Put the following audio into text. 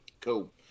Cool